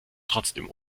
trotzdem